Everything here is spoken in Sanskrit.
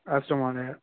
अस्तु महोदय